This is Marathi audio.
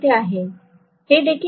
हे देखील असेल आणि हा FC आहे